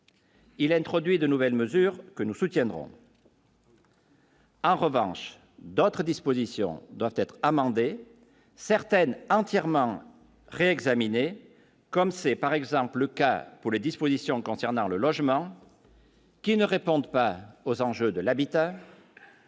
Il introduit de nouvelles mesures que nous soutiendrons. En revanche, d'autres dispositions doivent être amendé certaines entièrement examiner comme c'est par exemple le cas pour les dispositions concernant le logement. Qui ne répondent pas aux enjeux de l'habitat.